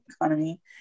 economy